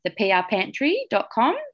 theprpantry.com